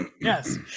Yes